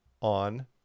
on